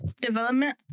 development